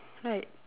right